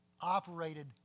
operated